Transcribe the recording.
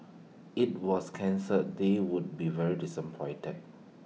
if was cancelled they would be very disappointed